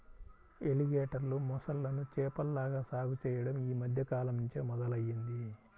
ఎలిగేటర్లు, మొసళ్ళను చేపల్లాగా సాగు చెయ్యడం యీ మద్దె కాలంనుంచే మొదలయ్యింది